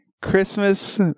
Christmas